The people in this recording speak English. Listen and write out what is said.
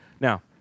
Now